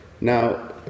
Now